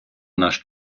наш